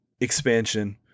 expansion